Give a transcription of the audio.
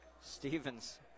Stevens